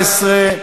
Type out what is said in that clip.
בבקשה,